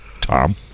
Tom